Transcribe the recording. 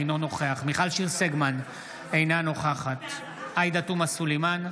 אינו נוכח מיכל שיר סגמן - אינה נוכחת עאידה תומא סלימאן,